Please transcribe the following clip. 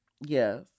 Yes